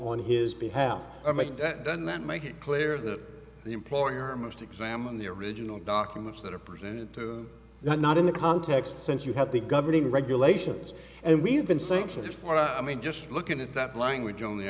on his behalf that doesn't that make it clear that the employer must examine the original documents that are presented to the not in the context since you have the governing regulations and we have been sanctioned for i mean just looking at that language on